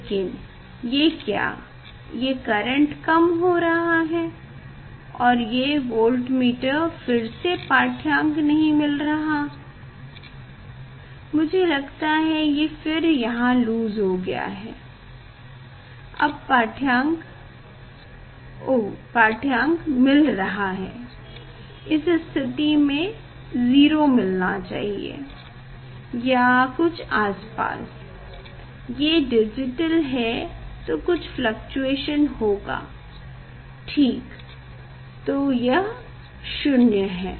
लेकिन ये क्या ये करेंट कम हो रहा है और ये वोल्टमीटर फिर से पाठ्यांक नहीं मिल रहा मुझे लगता है ये यहाँ फिर लूज होगा अब पाठ्यांक मिल रहा है इस स्थिति में 0 मिलना चाहिए या कुछ आस पास ये डिजिटल है तो कुछ फ्लक्चुयशन होगा ठीक तो यह 0 है